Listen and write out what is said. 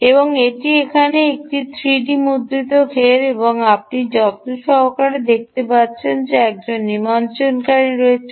এবং এটি এখানে একটি 3 ডি মুদ্রিত ঘের এবং আপনি যত্ন সহকারে দেখতে পাবেন যে এখানে একজন নিমজ্জনকারী রয়েছেন